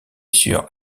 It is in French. sur